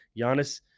Giannis